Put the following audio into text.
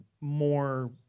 more